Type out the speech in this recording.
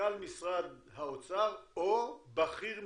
מנכ"ל משרד האוצר או בכיר מטעמם.